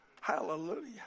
Hallelujah